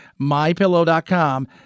MyPillow.com